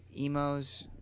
Emos